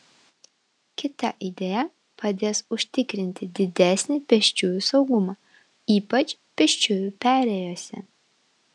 kita idėja padės užtikrinti didesnį pėsčiųjų saugumą ypač pėsčiųjų perėjose